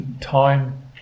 time